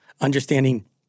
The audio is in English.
understanding—